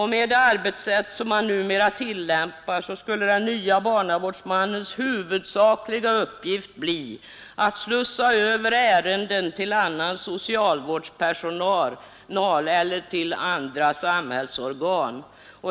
Med det arbetssätt man numera tillämpar skulle den nya barnavårdsmannens huvudsakliga uppgift bli att slussa över ärenden till annan socialvårdspersonal eller till andra samhällsorgan.